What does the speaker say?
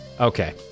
okay